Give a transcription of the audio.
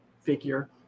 figure